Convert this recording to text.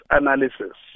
analysis